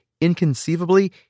inconceivably